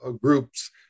groups